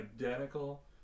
identical